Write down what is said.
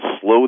slow